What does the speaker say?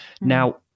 Now